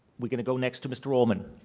we're going to go next to mr. orman.